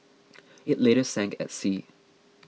it later sank at sea